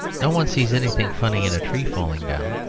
no one sees anything funny in a tree falling down.